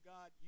God